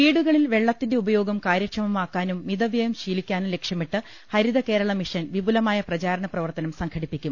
വീടുകളിൽ വെള്ളത്തിന്റെ ഉപയോഗം കാര്യക്ഷമമാക്കാനും മിതവ്യയം ശീലിക്കാനും ലക്ഷ്യമിട്ട് ഹരിത കേരള മിഷൻ വിപു ലമായ പ്രചാരണ പ്രവർത്തനം സംഘടിപ്പിക്കും